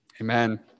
Amen